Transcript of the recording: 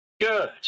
Good